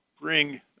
bring